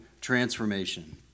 transformation